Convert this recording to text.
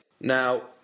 Now